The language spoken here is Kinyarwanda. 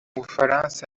bufaransa